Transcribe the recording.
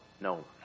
no